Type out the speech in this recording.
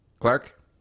Clark